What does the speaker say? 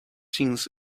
things